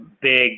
big